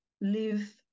live